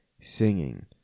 singing